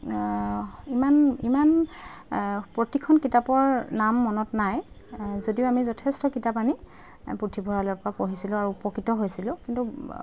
ইমান ইমান প্ৰতিখন কিতাপৰ নাম মনত নাই যদিও আমি যথেষ্ট কিতাপ আনি পুথিভঁৰালৰ পৰা পঢ়িছিলোঁ আৰু উপকৃত হৈছিলোঁ কিন্তু